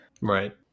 Right